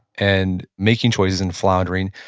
and making choices and floundering.